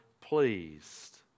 pleased